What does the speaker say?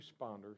responders